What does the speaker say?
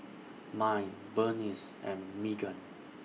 Mai Berniece and Meggan